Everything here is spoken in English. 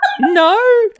no